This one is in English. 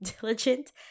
diligent